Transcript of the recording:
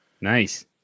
Nice